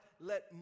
let